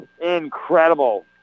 Incredible